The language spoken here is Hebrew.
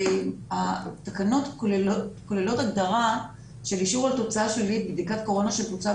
התקנות כוללות הגדרה של אישור התוצאה של בדיקת קורונה שבוצעה